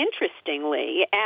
interestingly